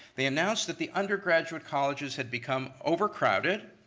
they announced that the undergraduate colleges had become overcrowded,